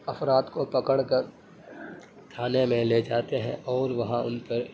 افراد کو پکڑ کر تھانے میں لے جاتے ہیں اور وہاں ان پر